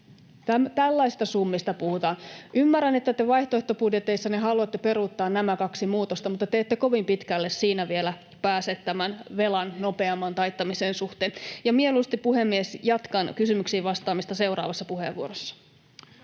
Tällaisista summista puhutaan. Ymmärrän, että te vaihtoehtobudjeteissanne haluatte peruuttaa nämä kaksi muutosta, mutta te ette kovin pitkälle siinä vielä pääse tämän velan nopeamman taittamisen suhteen. [Katri Kulmunin välihuuto] Ja mieluusti, puhemies, jatkan kysymyksiin vastaamista seuraavassa puheenvuorossa.